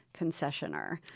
concessioner